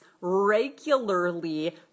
regularly